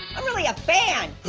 i'm really a fan.